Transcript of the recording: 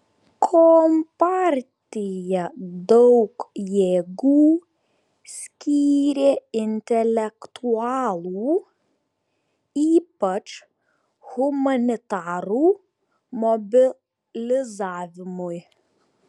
kompartija daug jėgų skyrė intelektualų ypač humanitarų mobilizavimui